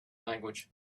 language